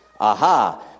Aha